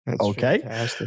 okay